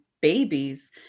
babies